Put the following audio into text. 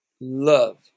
love